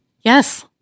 Yes